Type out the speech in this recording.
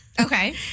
Okay